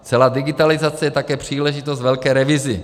Celá digitalizace je také příležitost k velké revizi.